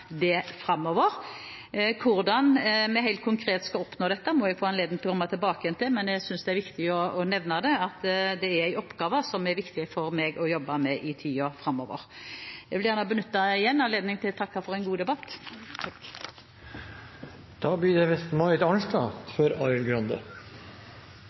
det framover. Hvordan vi helt konkret skal oppnå dette, må jeg få anledning til å komme tilbake til, men jeg synes det er viktig å nevne at det er en oppgave som er viktig for meg å jobbe med i tiden fremover. Jeg vil igjen benytte anledningen til å takke for en god debatt. Når en får muligheten til et ubegrenset antall innlegg, må en jo benytte den til å si litt mer. Jeg synes det